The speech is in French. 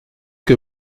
que